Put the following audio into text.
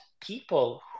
people